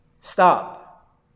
stop